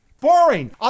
Boring